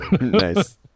nice